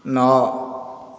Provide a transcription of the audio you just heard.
ନଅ